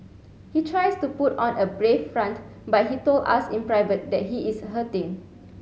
he tries to put on a brave front but he told us in private that he is hurting